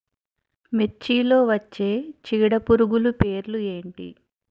మిర్చిలో వచ్చే చీడపురుగులు పేర్లు ఏమిటి?